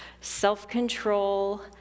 self-control